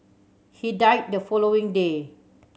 he died the following day